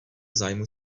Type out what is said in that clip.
zájmu